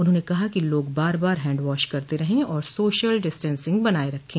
उन्होंने कहा कि लोग बार बार हैण्डवाश करते रहे और सोशल डिस्टेन्सिंग बनाये रखे